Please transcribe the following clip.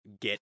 get